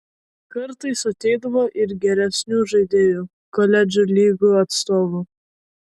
kartais ateidavo ir geresnių žaidėjų koledžų lygų atstovų